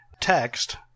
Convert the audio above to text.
text